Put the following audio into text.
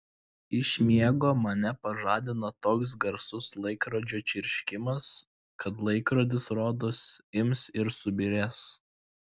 iš miego mane pažadina toks garsus laikrodžio čirškimas kad laikrodis rodos ims ir subyrės